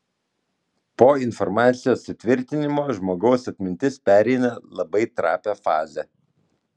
po informacijos sutvirtinimo žmogaus atmintis pereina labai trapią fazę